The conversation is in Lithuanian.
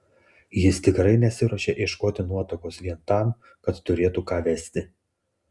jis tikrai nesiruošė ieškoti nuotakos vien tam kad turėtų ką vesti